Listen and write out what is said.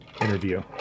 interview